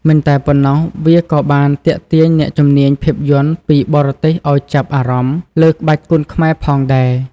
មិនតែប៉ុណ្ណោះ វាក៏បានទាក់ទាញអ្នកជំនាញភាពយន្តពីបរទេសឲ្យចាប់អារម្មណ៍លើក្បាច់គុនខ្មែរផងដែរ។